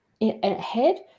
ahead